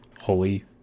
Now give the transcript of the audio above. holy